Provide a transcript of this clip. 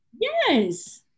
Yes